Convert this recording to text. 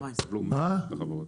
לא סבלתם מהם?